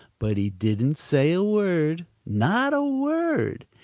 but he didn't say a word, not a word.